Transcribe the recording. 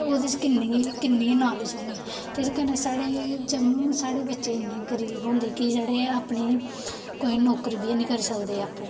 ओह्दे च कि'न्नी कि'न्नी गै नालेज होनी ते कन्नै साढ़े जम्मू च साढ़े बच्चे इन्ने गरीब होंदे कि जेह्ड़े अपने कोई नौकरी बी नेईं करी सकदे आपूं